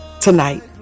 tonight